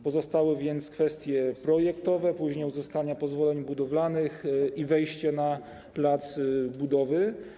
Pozostały więc kwestie projektowe, później uzyskanie pozwoleń budowlanych i wejście na plac budowy.